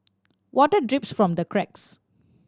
water drips from the cracks